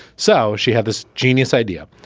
so she had this genius idea,